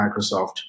Microsoft